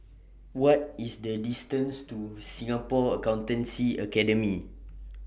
What IS The distance to Singapore Accountancy Academy